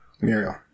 Muriel